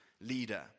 leader